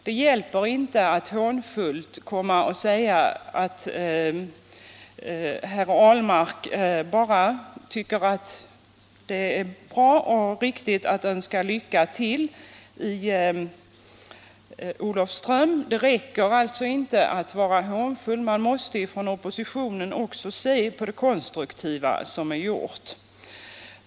Det räcker inte att tala hånfullt om att statsrådet Ahlmark tycker att det är bra och riktigt att önska lycka till i Olofström. Oppositionen måste också se till det konstruktiva som har gjorts.